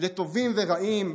לטובים ורעים,